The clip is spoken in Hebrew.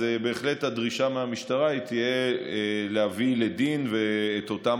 אז הדרישה מהמשטרה תהיה להביא לדין את אותם